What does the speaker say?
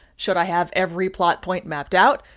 should i have every plot point mapped out?